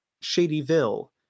Shadyville